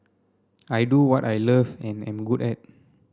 I do what I love and am good at